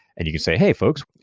and you could say, hey folks,